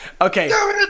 Okay